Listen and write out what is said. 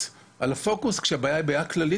על הפוקוס כאשר הבעיה היא בעיה כללית.